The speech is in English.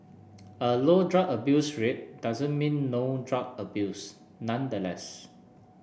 a low drug abuse rate doesn't mean no drug abuse nonetheless